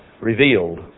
revealed